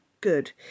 good